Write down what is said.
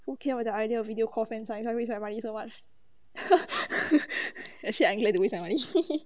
who came out with the idea of video call fan sign I waste my money so much actually I'm glad to waste my money